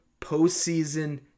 postseason